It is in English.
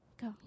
go